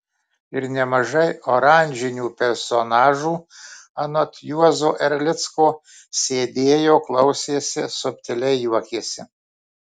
ir nemažai oranžinių personažų anot juozo erlicko sėdėjo klausėsi subtiliai juokėsi